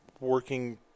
working